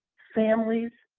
families,